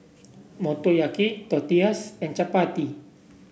Motoyaki Tortillas and Chapati